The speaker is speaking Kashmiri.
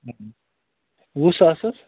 وُہ ساس حظ